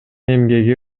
эмгеги